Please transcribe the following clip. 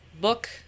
book